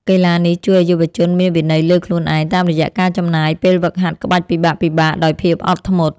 កីឡានេះជួយឱ្យយុវជនមានវិន័យលើខ្លួនឯង តាមរយៈការចំណាយពេលហ្វឹកហាត់ក្បាច់ពិបាកៗដោយភាពអត់ធ្មត់។